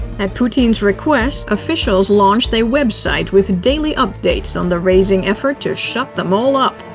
at putin's request, officials launched a website with daily updates on the raising effort to shut them all up.